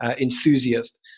enthusiast